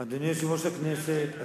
אדוני יושב-ראש הכנסת,